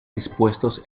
dispuestos